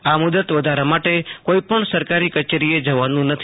આ મુદ્દત વધારા માટે કોઈપણ સરકારી કચેરીએ જવાનું નથી